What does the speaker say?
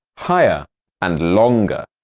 higher and longer.